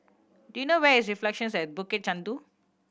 do you know where is Reflections at Bukit Chandu